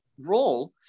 role